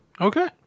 Okay